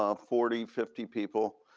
um forty, fifty people,